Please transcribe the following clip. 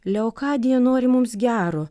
leokadija nori mums gero